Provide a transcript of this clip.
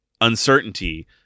uncertainty